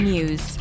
News